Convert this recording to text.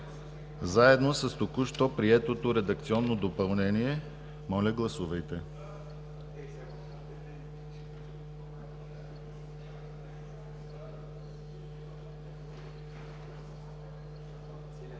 заедно с току-що приетото редакционно допълнение. Моля, гласувайте.